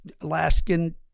Alaskan